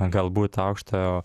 galbūt aukštojo